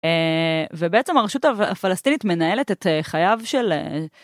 ובעצם הרשות הפלסטינית מנהלת את חייו של האא...